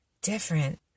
different